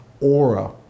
aura